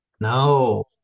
No